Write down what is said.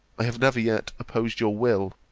i have never yet opposed your will